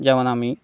যেমন আমি